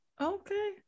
okay